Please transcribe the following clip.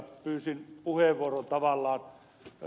pyysin puheenvuoron tavallaan kun ed